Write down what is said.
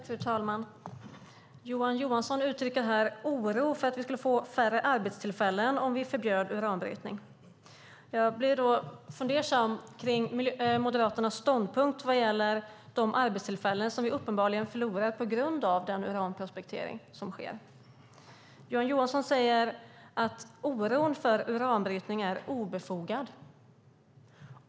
Fru talman! Johan Johansson uttrycker här oro för att vi skulle få färre arbetstillfällen om vi skulle förbjuda uranbrytning. Jag blir då fundersam kring Moderaternas ståndpunkt vad gäller de arbetstillfällen som vi uppenbarligen förlorar på grund av den uranprospektering som sker. Johan Johansson säger att oron för uranbrytning är obefogad.